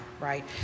Right